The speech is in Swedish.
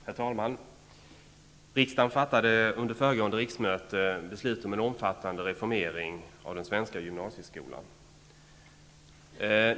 Herr talman! Riksdagen fattade under föregående riksmöte beslut om en omfattande reformering av den svenska gymnasieskolan.